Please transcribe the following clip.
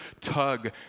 tug